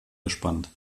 gespannt